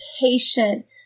patient